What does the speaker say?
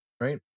right